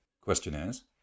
questionnaires